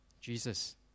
Jesus